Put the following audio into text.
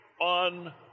on